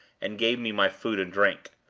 and gave me my food and drink.